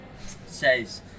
says